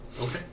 Okay